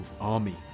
army